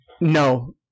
No